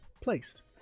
placed